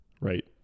right